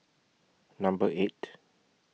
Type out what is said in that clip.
Number eight